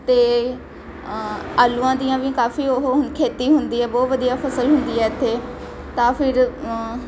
ਅਤੇ ਆਲੂਆਂ ਦੀਆਂ ਵੀ ਕਾਫੀ ਉਹ ਹੁੰ ਖੇਤੀ ਹੁੰਦੀ ਹੈ ਬਹੁਤ ਵਧੀਆ ਫਸਲ ਹੁੰਦੀ ਹੈ ਇੱਥੇ ਤਾਂ ਫਿਰ ਜ